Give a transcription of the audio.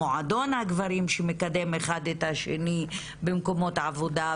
מועדון הגברים שמקדם אחד את השני במקומות עבודה,